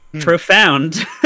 Profound